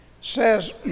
says